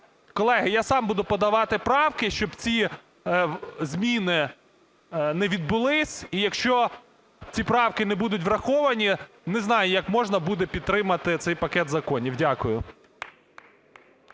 Колеги, я сам буду подавати правки, щоб ці зміни не відбулися. І якщо ці правки не будуть враховані, не знаю, як можна буде підтримати цей пакет законів. Дякую.